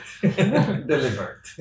delivered